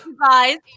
guys